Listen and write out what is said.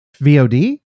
VOD